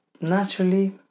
naturally